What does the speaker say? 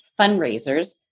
fundraisers